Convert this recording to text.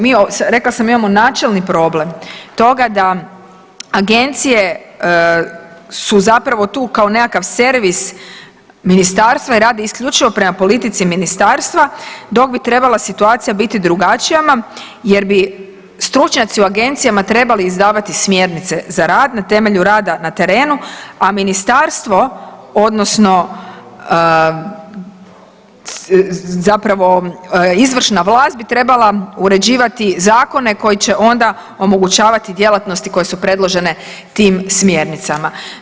Mi smo rekla sam imamo načelni problem toga da agencije su zapravo tu kao nekakav servis Ministarstva i radi isključivo prema politici Ministarstva dok bi trebala situacija biti drugačija, jer bi stručnjaci u agencijama trebali izdavati smjernice za rad na temelju rada na terenu, a Ministarstvo odnosno zapravo izvršna vlast bi trebala uređivati zakone koji će onda omogućavati djelatnosti koje su predložene tim smjernicama.